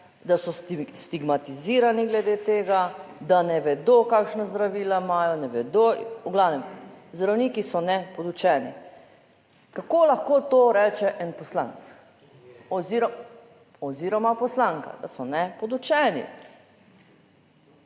da so stigmatizirani glede tega, da ne vedo, kakšna zdravila imajo, ne vedo, v glavnem zdravniki so nepodučeni. Kako lahko to reče en poslanec oziroma poslanka, da so nepodučeni?